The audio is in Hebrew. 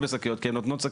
יש אפשרות כזו בחוק.